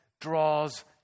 draws